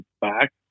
back